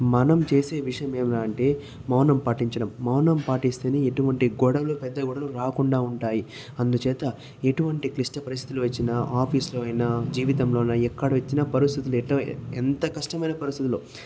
మనం చేసే విషయం ఏమి అంటే మౌనం పాటించడం మౌనం పాటిస్తే ఎటువంటి గొడవలు పెద్ద గొడవలు రాకుండా ఉంటాయి అందుచేత ఎటువంటి క్లిష్ట పరిస్థితులు వచ్చిన ఆఫీస్లో అయినా జీవితంలో అయినా ఎక్కడ వచ్చినా పరిస్థితులు ఎటు ఎంత కష్టమైన పరిస్థితులు